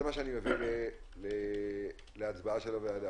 אני מעלה את ההצעה שפירטתי להצבעה להאריך